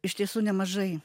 iš tiesų nemažai